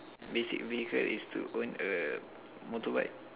basic vehicle is to own a motorbike